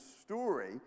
story